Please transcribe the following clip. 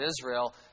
Israel